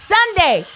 Sunday